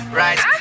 right